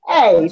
Hey